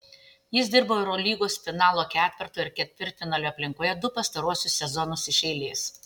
jis dirbo eurolygos finalo ketverto ir ketvirtfinalio aplinkoje du pastaruosius sezonus iš eilės